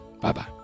Bye-bye